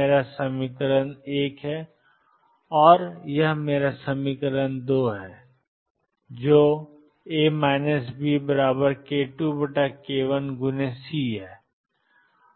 यह मेरा समीकरण 1 है यह मेरा समीकरण 2 है या